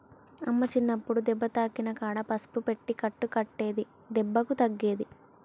అమ్మ చిన్నప్పుడు దెబ్బ తాకిన కాడ పసుపు పెట్టి కట్టు కట్టేది దెబ్బకు తగ్గేది